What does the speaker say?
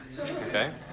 okay